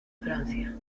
francia